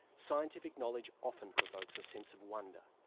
scientific knowledge often provokes a sense of wonder.